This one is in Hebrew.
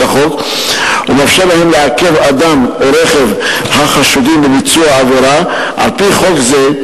החוק ומאפשר להם לעכב אדם או רכב החשוד בביצוע עבירה על-פי חוק זה,